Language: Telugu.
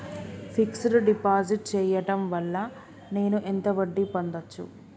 ఫిక్స్ డ్ డిపాజిట్ చేయటం వల్ల నేను ఎంత వడ్డీ పొందచ్చు?